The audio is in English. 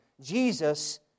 Jesus